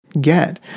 get